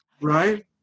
right